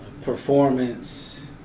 Performance